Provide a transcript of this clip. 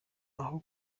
aho